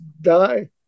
die